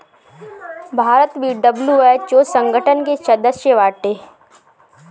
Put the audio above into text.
भारत भी डब्ल्यू.एच.ओ संगठन के सदस्य बाटे